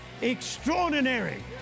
Extraordinary